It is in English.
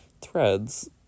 Threads